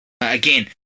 Again